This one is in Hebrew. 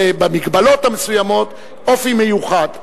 במגבלות המסוימות, אופי מיוחד.